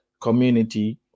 community